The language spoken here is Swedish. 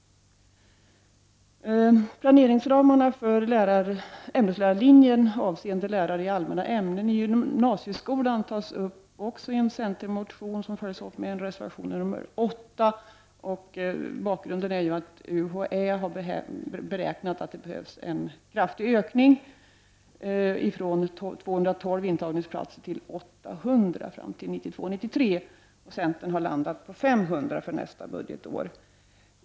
Planeringsramarna för ämneslärarlinjen avseende lärare i allmänna ämnen i gymnasieskolan tas upp i en centermotion, som också följs upp med en reservation, nr 8. Bakgrunden är att UHÄ har beräknat att det behövs en kraftig ökning av denna utbildning från 212 intagningsplatser till ca 800 fram till 1992/93. Centern har föreslagit 500 platser för nästa budgetår.